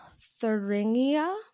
Thuringia